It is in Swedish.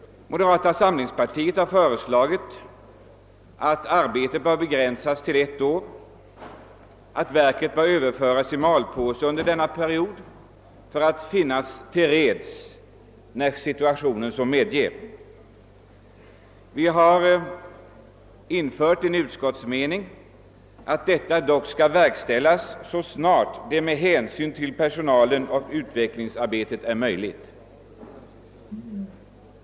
Moderata samlingspartiet har i en motion föreslagit att arbetet bör begränsas till ett år och att verket bör överföras i malpåse under denna period för att finnas till reds när ett återupptagande av produktionen anses böra ske. Vi har dock i vår reservation tagit med utskottets formulering att denna åtgärd bör »verkställas så snart det med hänsyn till personalen och utvecklingsarbetet är möjligt».